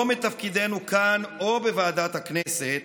לא מתפקידנו, כאן או בוועדת הכנסת,